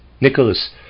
Nicholas